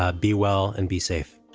ah be well and be safe